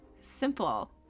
simple